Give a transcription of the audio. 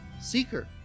Seeker